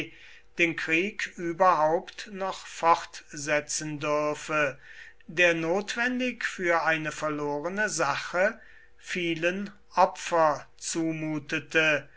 den krieg überhaupt noch fortsetzen dürfe der notwendig für eine verlorene sache vielen opfer zumutete